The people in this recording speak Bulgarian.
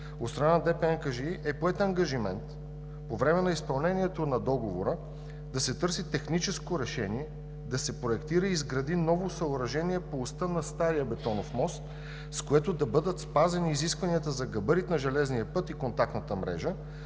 инфраструктура“ е поет ангажимент по време на изпълнението на договора да се търси техническо решение, да се проектира и изгради ново съоръжение по оста на стария бетонов мост, с което да бъдат спазени изискванията за габарит на железния път и контактната мрежа,